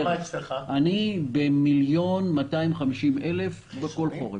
אצלנו זה 1.25 מיליון חיסונים בכל חורף.